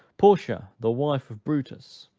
porcia, the wife of brutus,